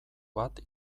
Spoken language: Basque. bat